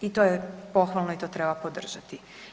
I to je pohvalno i to treba podržati.